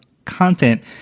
content